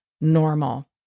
normal